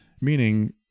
meaning